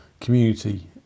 community